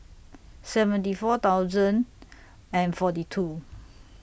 seventy four thousand and forty two